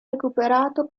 recuperato